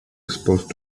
exposed